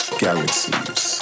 galaxies